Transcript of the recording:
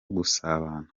gusabana